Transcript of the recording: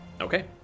Okay